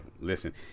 Listen